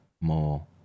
more